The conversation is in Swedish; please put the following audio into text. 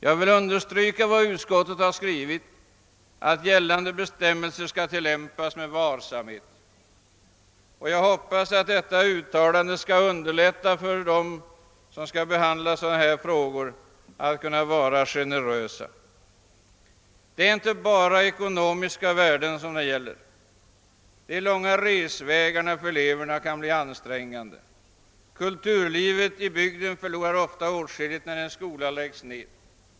Jag vill understryka utskottets skrivning att gällande bestämmelser skall tillämpas med varsamhet och hoppas att detta uttalande skall underlätta för dem som behandlar dessa frågor att vara generösa. Det gäller inte bara ekonomiska värden. De långa resvägarna för eleverna kan bli ansträngande och kulturlivet förlorar ofta åtskilligt när en skola läggs ned.